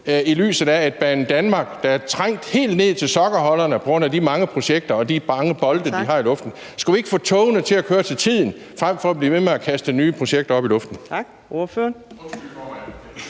i lyset af at Banedanmark er trængt helt ned til sokkeholderne på grund af de mange projekter og de mange bolde, de har i luften? Skulle vi ikke få togene til at køre til tiden frem for at blive ved med at kaste nye projekter op i luften? Kl. 21:19